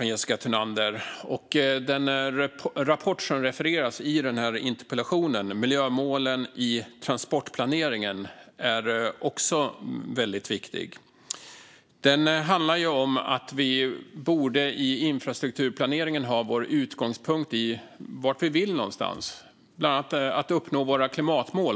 Jessica Thunander har skrivit. Den rapport som det refereras till i interpellationen, Miljömål i transportplaneringen , är också väldigt viktig. Den handlar om att infrastrukturplaneringen borde utgå från vilka mål vi vill uppnå. Det handlar bland annat om att uppnå våra klimatmål.